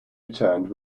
returned